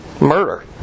murder